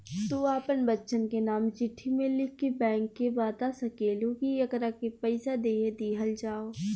तू आपन बच्चन के नाम चिट्ठी मे लिख के बैंक के बाता सकेलू, कि एकरा के पइसा दे दिहल जाव